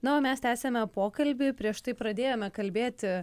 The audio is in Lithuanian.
na o mes tęsiame pokalbį prieš tai pradėjome kalbėti